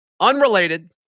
Unrelated